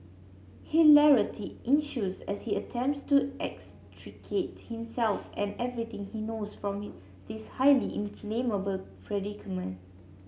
hilarity ensues as he attempts to extricate himself and everything he knows from this highly inflammable predicament